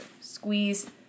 Squeeze